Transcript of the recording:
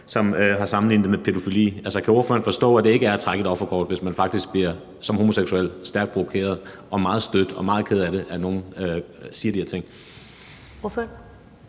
som har sammenlignet det med pædofili. Altså, kan ordføreren forstå, at det ikke er at trække et offerkort, hvis man faktisk som homoseksuel bliver stærkt provokeret og meget stødt og meget ked af det, når nogen siger de her ting? Kl.